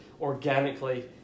organically